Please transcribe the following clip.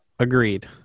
agreed